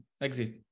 exit